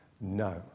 no